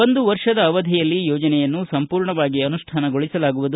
ಒಂದು ವರ್ಷದ ಅವಧಿಯಲ್ಲಿ ಯೋಜನೆಯನ್ನು ಸಂಪೂರ್ಣವಾಗಿ ಅನುಷ್ಪಾನಗೊಳಿಸಲಾಗುವುದು